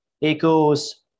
equals